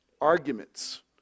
arguments